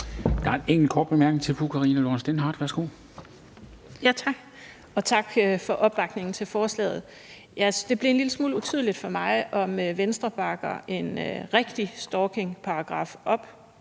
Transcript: Det blev en lille smule utydeligt for mig, om Venstre bakker en rigtig stalkingparagraf op,